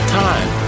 time